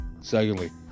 Secondly